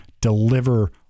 deliver